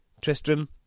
Tristram